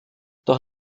doch